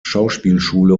schauspielschule